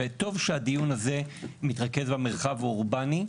וטוב שהדיון הזה מתרכז במרחב האורבני.